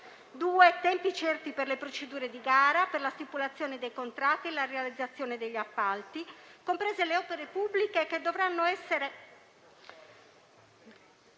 luogo, tempi certi per le procedure di gara per la stipulazione dei contratti e la realizzazione degli appalti, comprese le opere pubbliche, che dovranno essere